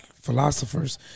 philosophers